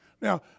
Now